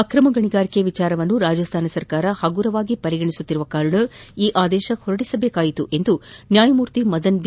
ಅಕ್ರಮ ಗಣಿಗಾರಿಕೆ ವಿಷಯವನ್ನು ರಾಜಸ್ಥಾನ ಸರ್ಕಾರ ಹಗುರವಾಗಿ ಪರಿಗಣಿಸಿರುವ ಕಾರಣ ಈ ಆದೇಶ ಹೊರಡಿಸಬೇಕಾಯಿತು ಎಂದು ನ್ನಾಯಮೂರ್ತಿ ಮದನ್ ಬಿ